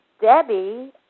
Debbie